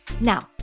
Now